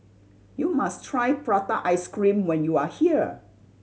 you must try prata ice cream when you are here